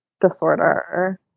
disorder